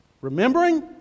Remembering